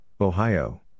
Ohio